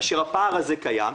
כאשר הפער הזה קיים,